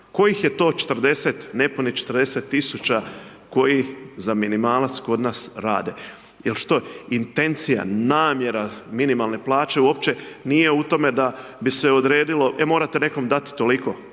kojih je to 40, nepunih 40 tisuća koji za minimalac kod nas rade. Jer što? Intencija, namjera minimalne plaće uopće nije u tome da bi se odredilo, e morate nekom dati toliko,